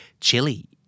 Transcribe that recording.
chili